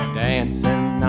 dancing